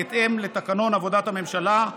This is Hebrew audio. בהתאם לתקנון עבודת הממשלה,